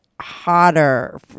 hotter